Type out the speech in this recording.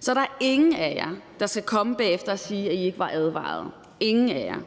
Så der er ingen af jer, der skal komme bagefter og sige, at I ikke var advaret – ingen af jer.